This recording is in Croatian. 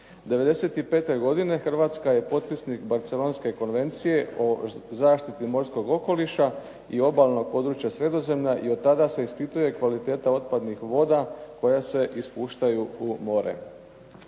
'95. godine Hrvatska je potpisnik Barcelonske konvencije o zaštiti morskog okoliša i obalnog područja Sredozemlja i od tada se ispituje kvaliteta otpadnih voda koja se ispuštaju u more.